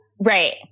Right